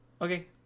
Okay